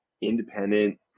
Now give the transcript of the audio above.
independent